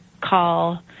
call